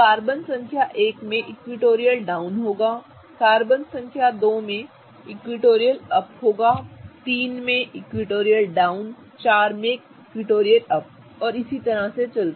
तो कार्बन संख्या 1 में एक इक्विटोरियल डाउन होगा कार्बन संख्या 2 में इक्विटोरियल अप होगा कार्बन संख्या 3 में इक्विटोरियल डाउन होगा कार्बन संख्या 4 में इक्विटोरियल अप और इसी तरह से